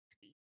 sweet